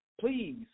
Please